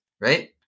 Right